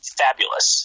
fabulous